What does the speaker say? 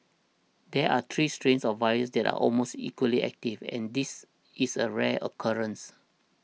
there are three strains of virus that are almost equally active and this is a rare occurrence